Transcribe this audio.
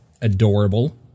adorable